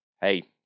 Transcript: Hey